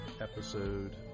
episode